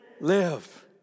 live